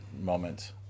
moment